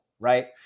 right